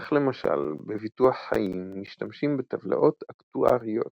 כך, למשל, בביטוח חיים משתמשים בטבלאות אקטואריות,